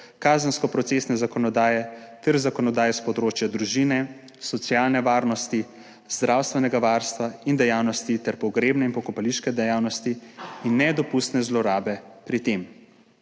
kazensko procesne zakonodaje ter zakonodaje s področja družine, socialne varnosti, zdravstvenega varstva in dejavnosti ter pogrebne in pokopališke dejavnosti in nedopustne zlorabe pri tem.